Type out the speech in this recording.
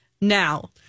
Now